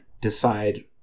decide